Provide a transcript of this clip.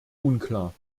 unklar